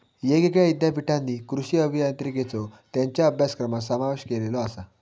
येगयेगळ्या ईद्यापीठांनी कृषी अभियांत्रिकेचो त्येंच्या अभ्यासक्रमात समावेश केलेलो आसा